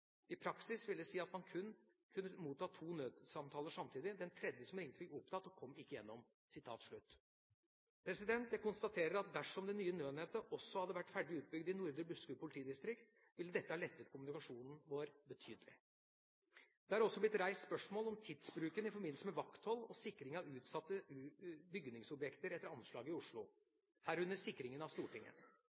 I praksis vil det si at man kunne motta 2 nødsamtaler samtidig, den tredje som ringte fikk opptatt og kom ikke gjennom.» Jeg konstaterer at dersom det nye nødnettet også hadde vært ferdig utbygd i Nordre Buskerud politidistrikt, ville dette ha lettet kommunikasjonen vår betydelig. Det er også blitt reist spørsmål om tidsbruken i forbindelse med vakthold og sikring av utsatte bygningsobjekter etter anslaget i Oslo, herunder sikringen av Stortinget.